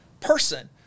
person